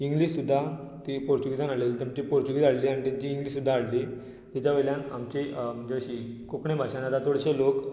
English सुद्दां ती पोर्चुगीजान हाडिल्ली तांची पोर्चुगीज हाडली आनी तांची इंग्लीश सुद्दां हाडली तिज्या वयल्यान आमची अशी खूब कोंकणी भाशेन आतां चडशे लोक